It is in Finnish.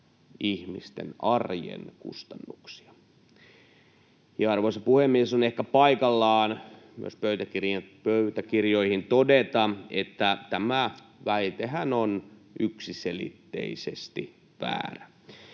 ihmisten arjen kustannuksia. Arvoisa puhemies, on ehkä paikallaan myös pöytäkirjoihin todeta, että tämä väitehän on yksiselitteisesti väärä.